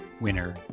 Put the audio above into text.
winner